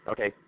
Okay